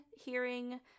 hearing